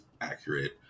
accurate